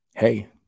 Hey